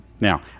Now